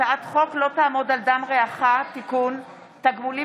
הצעת חוק לא תעמוד על דם רעך (תיקון) (תגמולים